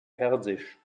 persisch